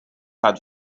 had